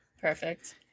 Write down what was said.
Perfect